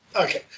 Okay